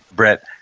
brett.